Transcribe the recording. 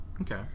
okay